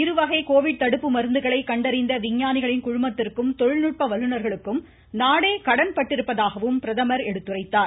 இரு வகை கோவிட் தடுப்பு மருந்துகளை கண்டறிந்த விஞ்ஞானிகளின் குழுமத்திற்கும் தொழில்நுட்ப வல்லுநர்களுக்கும் நாடே கடன் பட்டிருப்பதாகவும் பிரதமர் எடுத்துரைத்தார்